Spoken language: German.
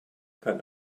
kann